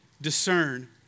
discern